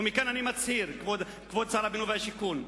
ומכאן אני מצהיר, כבוד שר השיכון הבינוי: